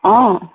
অঁ